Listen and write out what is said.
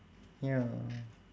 ya